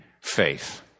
faith